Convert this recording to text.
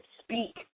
speak